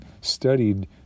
studied